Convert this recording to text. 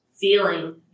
feeling